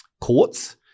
courts